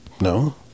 no